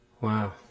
wow